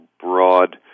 broad